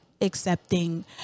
accepting